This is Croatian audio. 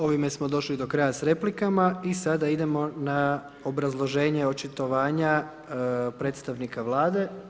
Ovim smo došli do kraja s replikama i sada idemo na obrazloženje očitovanja predstavnika Vlade.